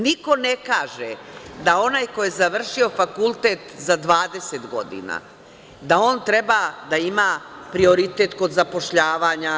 Niko ne kaže da onaj ko je završio fakultet za 20 godina, da on treba da ima prioritet kod zapošljavanja.